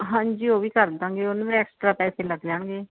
ਹਾਂਜੀ ਉਹ ਵੀ ਕਰ ਦੇਵਾਂਗੇ ਉਹਨੂੰ ਵੀ ਐਕਸਟਰਾ ਪੈਸੇ ਲੱਗ ਜਾਣਗੇ